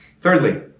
Thirdly